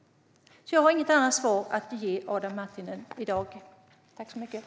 Jag har inget annat svar att ge Adam Marttinen i dag.